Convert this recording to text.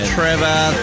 Trevor